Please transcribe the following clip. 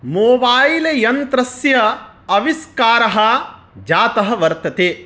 mobile यन्त्रस्य आविष्कारः जातः वर्तते